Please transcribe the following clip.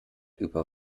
über